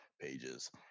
pages